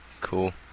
Cool